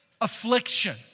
affliction